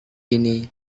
ini